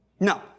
No